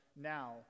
now